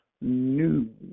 new